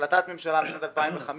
למרות החלטת ממשלה משנת 2015,